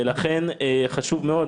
ולכן חשוב מאוד,